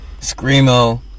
screamo